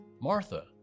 Martha